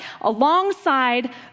alongside